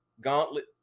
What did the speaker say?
gauntlet